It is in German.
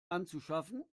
anzuschaffen